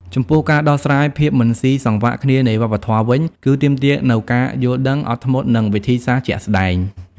ចំពោះ ការដោះស្រាយភាពមិនស៊ីសង្វាក់គ្នានៃវប្បធម៌វិញ គឺទាមទារនូវការយល់ដឹង អត់ធ្មត់ និងវិធីសាស្រ្តជាក់ស្តែង។